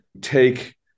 take